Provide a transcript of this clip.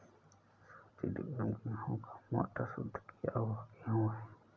सूजी ड्यूरम गेहूं का मोटा, शुद्ध किया हुआ गेहूं है